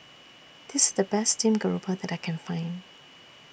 This IS The Best Steamed Garoupa that I Can Find